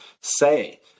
say